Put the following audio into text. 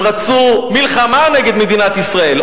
הם רצו מלחמה נגד מדינת ישראל,